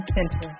Center